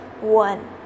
one